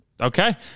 Okay